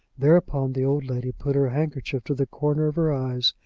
thereupon the old lady put her handkerchief to the corner of her eyes,